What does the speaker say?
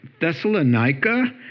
thessalonica